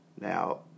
Now